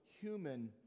human